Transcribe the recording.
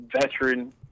veteran